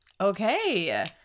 Okay